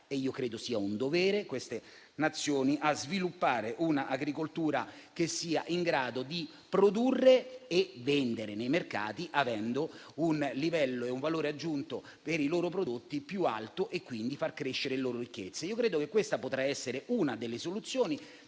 e io credo sia un dovere - queste Nazioni a sviluppare un'agricoltura che sia in grado di produrre e vendere nei mercati, avendo un livello e un valore aggiunto più alto per i loro prodotti e quindi facendo crescere le loro ricchezze. Io credo che questa potrà essere una delle soluzioni